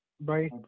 Bye